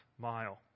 mile